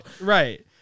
Right